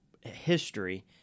history